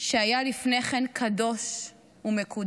שהיה לפני כן קדוש ומקודש.